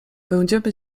będziemy